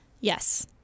Yes